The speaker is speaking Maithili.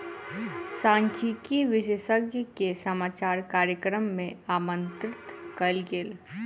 सांख्यिकी विशेषज्ञ के समाचार कार्यक्रम मे आमंत्रित कयल गेल